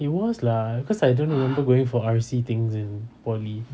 it was lah cause I don't remember wearing for R_C things in poly